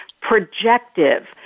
projective